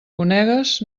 conegues